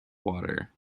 water